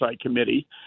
Committee